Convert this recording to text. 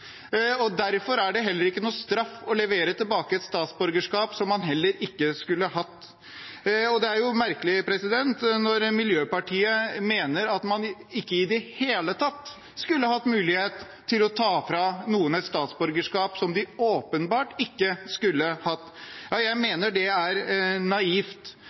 Derfor er det heller ikke straff å levere tilbake et statsborgerskap som man heller ikke skulle hatt. Det er merkelig at Miljøpartiet De Grønne mener man ikke i det hele tatt skulle ha mulighet til å ta fra noen et statsborgerskap som de åpenbart ikke skulle hatt. Ja, jeg mener det er naivt.